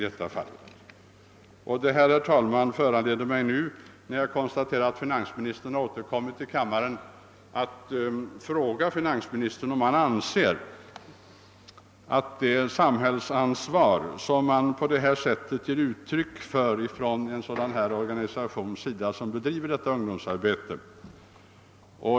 Då jag, herr talman, konstaterar att finansministern nu återkommit till plenisalen vill jag ställa en fråga till honom.